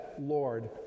Lord